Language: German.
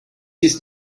ist